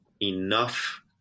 enough